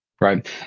Right